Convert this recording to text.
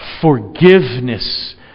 forgiveness